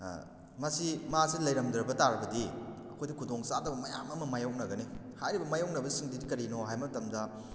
ꯃꯁꯤ ꯃꯥꯁꯤ ꯂꯩꯔꯝꯗ꯭ꯔꯕ ꯇꯥꯔꯕꯗꯤ ꯑꯩꯈꯣꯏꯗ ꯈꯨꯗꯣꯡ ꯆꯥꯗꯕ ꯃꯌꯥꯝ ꯑꯃ ꯃꯥꯏꯌꯣꯛꯅꯒꯅꯤ ꯍꯥꯏꯔꯤꯕ ꯃꯥꯏꯌꯣꯛꯅꯕ ꯁꯤꯡꯗꯨꯗꯤ ꯀꯔꯤꯅꯣ ꯍꯥꯏꯕ ꯃꯇꯝꯗ